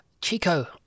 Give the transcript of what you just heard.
Chico